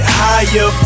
higher